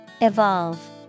Evolve